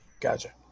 Gotcha